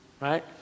right